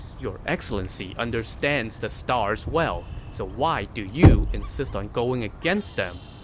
your excellency understands the stars well, so why do you insist on going against them?